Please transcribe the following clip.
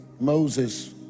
Moses